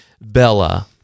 Bella